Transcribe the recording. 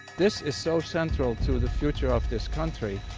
this is so central to the future of this country.